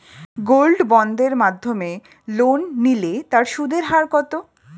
Gold বন্ডের মাধ্যমে loan নিলে তার সুদের হার কত?